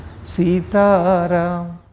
sitaram